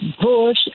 Bush